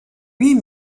huit